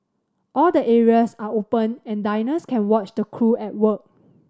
all the areas are open and diners can watch the crew at work